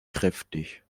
kräftig